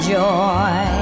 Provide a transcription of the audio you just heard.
joy